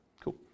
Cool